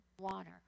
water